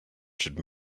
should